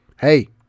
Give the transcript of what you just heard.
hey